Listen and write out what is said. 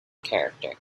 character